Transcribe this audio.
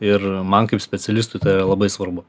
ir man kaip specialistui tai yra labai svarbu